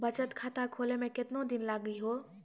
बचत खाता खोले मे केतना दिन लागि हो?